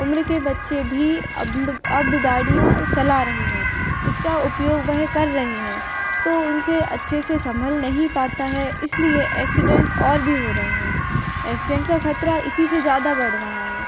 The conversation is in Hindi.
उम्र के बच्चे भी अब अब गाड़ियाँ चला रहे हैं इसका उपयोग वह कर रहे हैं तो उनसे अच्छे से संभल नहीं पता है इसलिए एक्सीडेंट और भी हो रहे हैं एक्सीडेंट का खतरा इसी से ज्यादा बढ़ रहा है